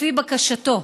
לפי בקשתו,